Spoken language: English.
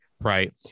right